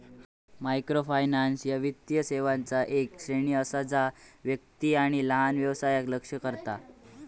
microfinance ह्या वित्तीय सेवांचा येक श्रेणी असा जा व्यक्ती आणि लहान व्यवसायांका लक्ष्य करता